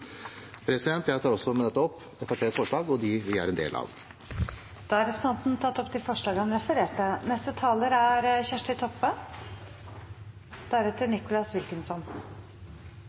Jeg tar med dette opp Fremskrittspartiets forslag og de forslagene vi er en del av. Representanten Morten Stordalen har tatt opp de forslagene han refererte